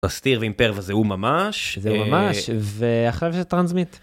אסתיר ואימפר וזהו ממש וממש ואחרי זה תרנזמיט.